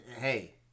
hey